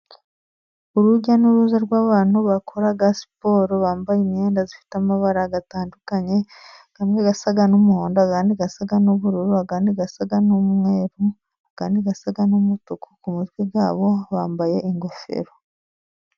Urujya n'uruza rw'abantu bakora siporo bambaye imyenda ifite amabara itandukanye, imwe isa n'umuhondo, indi isa n'ubururu, indi isa n'umweru, indi isa n'umutuku, ku mutwe wabo bambaye ingofero.